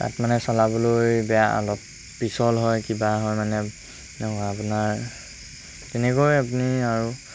তাত মানে চলাবলৈ বেয়া অলপ পিছল হয় কিবা হয় মানে আপোনাৰ তেনেকৈ আপুনি আৰু